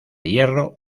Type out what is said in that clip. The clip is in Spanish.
hierro